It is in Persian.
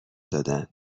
دادن